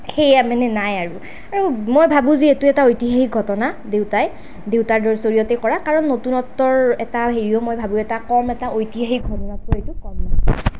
সেইয়া মানে নাই আৰু আৰু মই ভাবোঁ যিহেতু এটা ঐতিহাসিক ঘটনা দেউতাই দেউতাৰ জৰিয়তে কৰা কাৰণ নতুনত্বৰ এটা হেৰিও মই ভাবোঁ এটা কম এটা ঐতিহাসিক